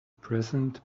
present